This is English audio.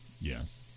yes